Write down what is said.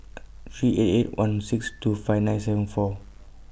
three eight eight one six two five nine seven four